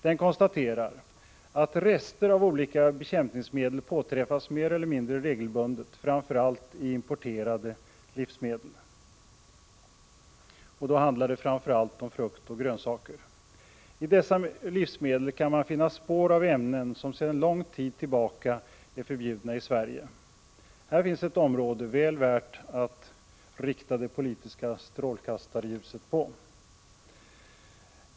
Den konstaterar: Rester av olika bekämpningsmedel påträffas mer eller mindre regelbundet, framför allt i importerade livsmedel. Det handlar i dessa fall framför allt om frukt och grönsaker. I dessa livsmedel kan man finna spår av ämnen som sedan lång tid tillbaka är förbjudna i Sverige. Här finns ett område väl värt att rikta det politiska strålkastarljuset på.